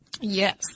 Yes